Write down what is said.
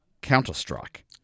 Counter-Strike